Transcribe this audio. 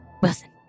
Wilson